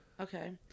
okay